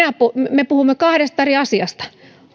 me puhumme kahdesta eri asiasta